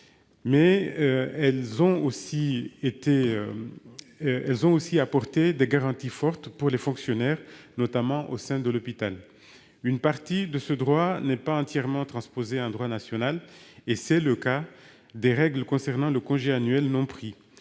a également permis d'apporter des garanties fortes aux fonctionnaires, notamment au sein de l'hôpital. Une partie de ce droit n'est pas entièrement transposée en droit national. C'est le cas des règles concernant le congé annuel non pris.